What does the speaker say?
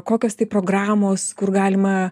kokios tai programos kur galima